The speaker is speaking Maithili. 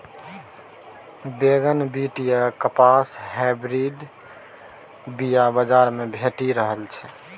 बैगन, बीट आ कपासक हाइब्रिड बीया बजार मे भेटि रहल छै